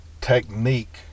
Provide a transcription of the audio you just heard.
technique